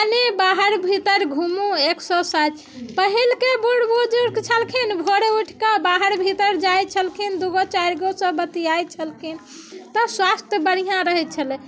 कनी बाहर भीतर घूमूँ एक्सर्सायज पहिलेके बुढ़ बुजुर्ग छलखिन भोरे उठि कऽ बाहर भीतर जाइत छलखिन दू गो चारि गोसँ बतिआइत छलखिन तऽ स्वास्थय बढ़िआँ रहैत छलैया